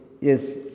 Yes